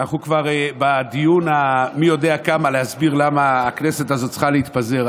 אנחנו כבר בדיון המי-יודע-כמה להסביר למה הכנסת הזאת צריכה להתפזר,